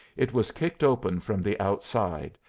it was kicked open from the outside,